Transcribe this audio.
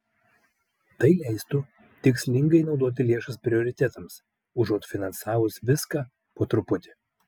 tai leistų tikslingai naudoti lėšas prioritetams užuot finansavus viską po truputį